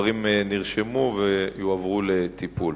הדברים נרשמו ויועברו לטיפול.